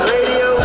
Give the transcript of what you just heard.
Radio